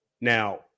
Now